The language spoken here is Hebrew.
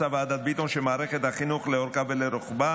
מצאה ועדת ביטון שמערכת החינוך לאורכה ולרוחבה,